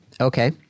Okay